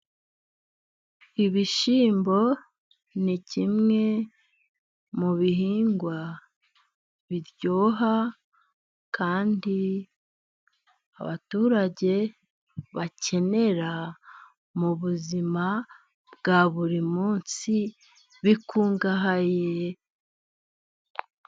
Ibishyimbo ni kimwe mu bihingwa biryoha kandi abaturage bakenera mu buzima bwa buri munsi bikungahaye,....